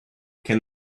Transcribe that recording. can